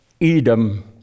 Edom